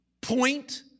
point